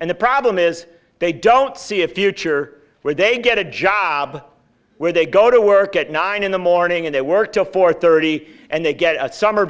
and the problem is they don't see a future where they get a job where they go to work at nine in the morning and they work till four thirty and they get a summer